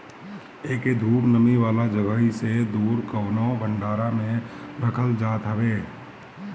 एके धूप, नमी वाला जगही से दूर कवनो भंडारा में रखल जात हवे